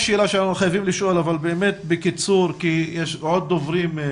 יש שאלה שאנחנו חייבים לשאול אבל באמת בקיצור כי יש עוד דוברים.